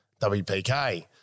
WPK